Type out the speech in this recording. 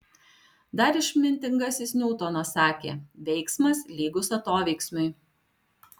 dar išmintingasis niutonas sakė veiksmas lygus atoveiksmiui